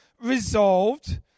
resolved